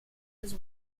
his